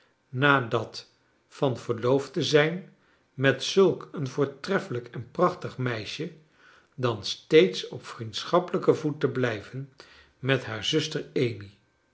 dat van verloofd te zijn met zulk een voortreffelijk en prachtig meisje dan steeds op vriendschappelijken voet te blijven met haar zuster amy